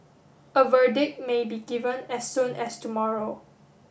a verdict may be given as soon as tomorrow